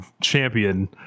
champion